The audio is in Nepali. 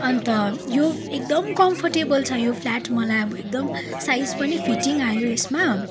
अन्त यो एकदम कम्फोर्टेबल छ यो फ्लाट मलाई अब एकदम साइज पनि फिटिङ आयो यसमा